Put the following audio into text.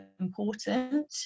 important